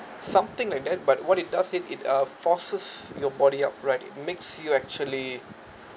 something like that but what it does it it uh forces your body up right it makes you actually